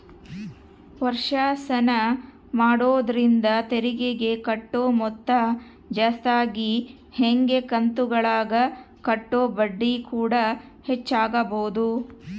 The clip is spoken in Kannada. ವರ್ಷಾಶನ ಮಾಡೊದ್ರಿಂದ ತೆರಿಗೆಗೆ ಕಟ್ಟೊ ಮೊತ್ತ ಜಾಸ್ತಗಿ ಹಂಗೆ ಕಂತುಗುಳಗ ಕಟ್ಟೊ ಬಡ್ಡಿಕೂಡ ಹೆಚ್ಚಾಗಬೊದು